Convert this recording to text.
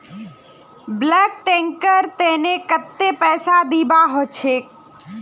bulk टैंकेर तने कत्ते पैसा दीबा ह छेक